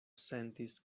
sentis